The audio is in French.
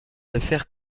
affaires